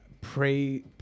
Pray